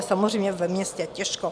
Samozřejmě ve městě těžko.